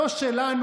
זו שלנו,